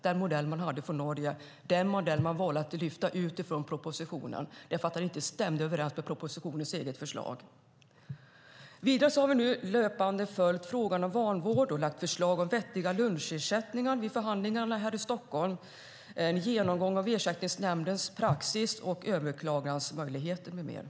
Den modell som de har i Norge, den modell man valde att lyfta ut ur propositionen därför att den inte stämde överens med propositionens eget förslag, skulle ha blivit verklighet. Vi har vidare löpande följt frågan om vanvård och lagt fram förslag om vettiga lunchersättningar vid förhandlingarna här i Stockholm, en genomgång av Ersättningsnämndens praxis, överklagningsmöjligheter med mera.